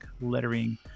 lettering